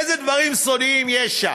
איזה דברים סודיים יש שם?